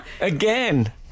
Again